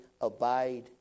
abide